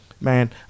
Man